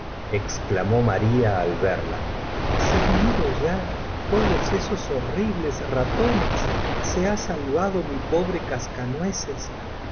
maria que al verla se han ido ya todos esos horr ibles ratonesf se ha salvado mi pobre